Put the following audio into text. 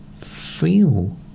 feel